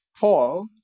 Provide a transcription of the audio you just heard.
Paul